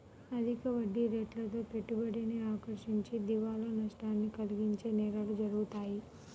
అధిక వడ్డీరేట్లతో పెట్టుబడిని ఆకర్షించి దివాలా నష్టాన్ని కలిగించే నేరాలు జరుగుతాయి